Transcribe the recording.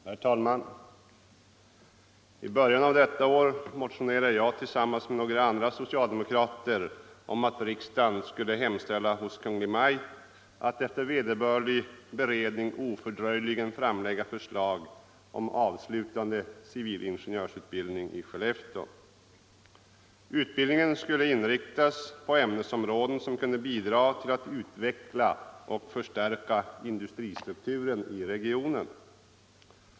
Herr talman! I början av detta år motionerade jag tillsammans med några andra socialdemokrater om att riksdagen skulle hemställa hos Kungl. Maj:t att efter vederbörlig beredning ofördröjligen framlägga förslag om avslutande civilingenjörsutbildning i Skellefteå. Utbildningen skulle inriktas på ämnesområden som kunde bidra till att utveckla och förstärka industristrukturen i regionen.